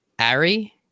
Ari